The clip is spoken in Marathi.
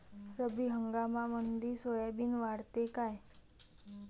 रब्बी हंगामामंदी सोयाबीन वाढते काय?